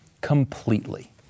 completely